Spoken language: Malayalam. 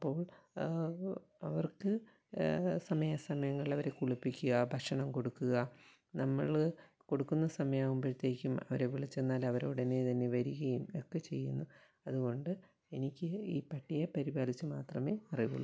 അപ്പോൾ അവർക്ക് സമയാസമയങ്ങളിൽ അവരെ കുളിപ്പിക്കുക ഭക്ഷണം കൊടുക്കുക നമ്മൾ കൊടുക്കുന്ന സമയാവുമ്പോഴ്ത്തേക്കും അവരെ വിളിച്ചെന്നാൽ അവരുടനെ തന്നെ വരികയും ഒക്കെ ചെയ്യുന്നു അതുകൊണ്ട് എനിക്ക് ഈ പട്ടിയെ പരിപാലിച്ച് മാത്രമേ അറിവുള്ളു